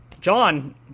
john